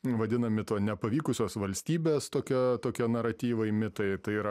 vadinami to nepavykusios valstybės tokia tokie naratyvai mitai tai yra